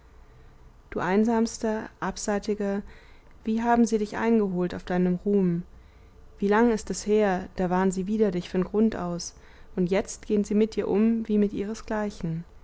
du einsamster abseitiger wie haben sie dich eingeholt auf deinem ruhm wie lang ist es her da waren sie wider dich von grund aus und jetzt gehen sie mit dir um wie mit